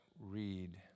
Read